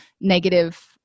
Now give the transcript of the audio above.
negative